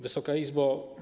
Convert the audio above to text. Wysoka Izbo!